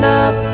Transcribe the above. up